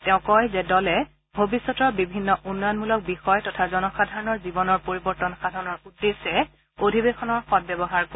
তেওঁ কয় যে দলে ভৱিষ্যতৰ বিভিন্ন উন্নয়নমূলক বিষয় তথা জনসাধাৰণৰ জীৱনৰ পৰিৱৰ্তন সাধনৰ উদ্দেশ্যে অধিৱেশনৰ সদব্যৱহাৰ কৰিব